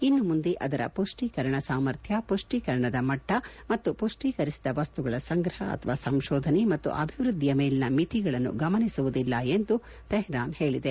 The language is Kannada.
ಇನ್ನು ಮುಂದೆ ಅದರ ಪುಷ್ಟೀಕರಣ ಸಾಮರ್ಥ್ಯ ಪುಷ್ಟೀಕರಣದ ಮಟ್ಟ ಮತ್ತು ಪುಷ್ಟೀಕರಿಸಿದ ವಸ್ತುಗಳ ಸಂಗ್ರಹ ಅಥವಾ ಸಂಶೋಧನೆ ಮತ್ತು ಅಭಿವೃದ್ದಿಯ ಮೇಲಿನ ಮಿತಿಗಳನ್ನು ಗಮನಿಸುವುದಿಲ್ಲ ಎಂದು ತೆಹ್ರಾನ್ ಹೇಳಿದೆ